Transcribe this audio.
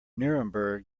nuremberg